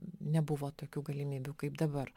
nebuvo tokių galimybių kaip dabar